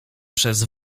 przez